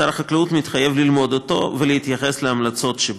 שר החקלאות מתחייב ללמוד אותו ולהתייחס להמלצות שבו.